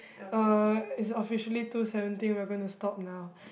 uh it's officially two seventeen and we are going to stop now